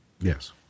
Yes